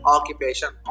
Occupation